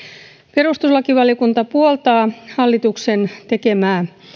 perustuslakivaliokunta puoltaa hallituksen tekemää